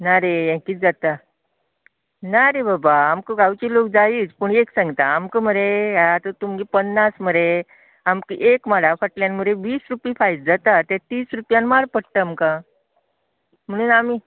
ना रे कितें जाता ना रे बाबा आमकां गांवचे लोक जाईच पूण एक सांगता आमकां मरे ये आतां तुमी पन्नास मरे आमकां एक माडा फाटल्यान मरे वीस रुपी फायदो जाता ते तीस रुपयांक माड पडटा आमकां म्हुणून आमी